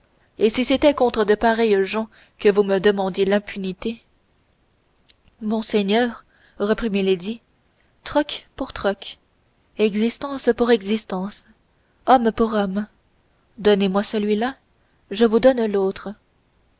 et si c'était contre de pareilles gens que vous me demandiez l'impunité monseigneur reprit milady troc pour troc existence pour existence homme pour homme donnez-moi celui-là je vous donne l'autre